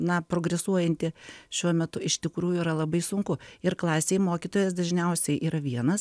na progresuojanti šiuo metu iš tikrųjų yra labai sunku ir klasėj mokytojas dažniausiai yra vienas